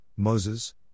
Moses